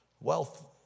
wealth